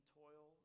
toil